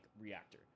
reactor